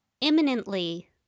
imminently